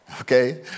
okay